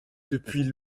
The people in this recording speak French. depuis